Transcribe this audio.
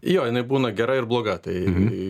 jo jinai būna gera ir bloga tai